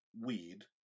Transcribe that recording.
weed